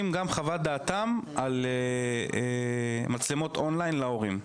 גם חוות דעתם על מצלמות און-ליין להורים.